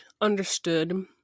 understood